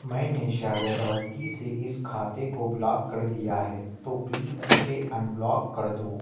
میں نے شاید غلطی سے اس خاتے کو بلاک کر دیا ہے تو پلیز اسے انبلاک کر دو